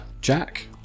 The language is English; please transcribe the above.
jack